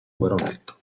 baronetto